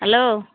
hello